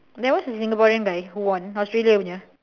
there was a singaporean guy who won australia one ya